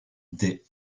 des